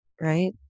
right